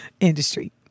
Industry